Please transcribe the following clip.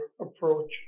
approach